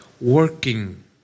working